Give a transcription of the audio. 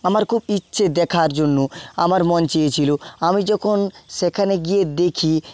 আমার খুব ইচ্ছে দেখার জন্য আমার মন চেয়েছিল আমি যখন সেখানে গিয়ে দেখি